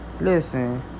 Listen